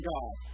God